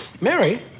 Mary